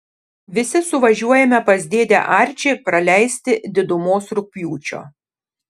visi suvažiuojame pas dėdę arčį praleisti didumos rugpjūčio